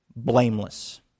blameless